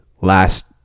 last